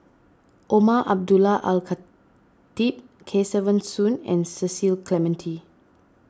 Umar Abdullah Al Khatib Kesavan Soon and Cecil Clementi